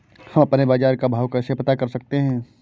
हम अपने बाजार का भाव कैसे पता कर सकते है?